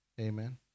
Amen